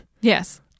Yes